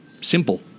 Simple